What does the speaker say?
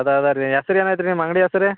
ಅದ ಅದ ರೀ ಹೆಸ್ರು ಏನೈತಿ ರೀ ನಿಮ್ಮ ಅಂಗಡಿ ಹೆಸ್ರು